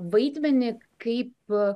vaidmenį kai po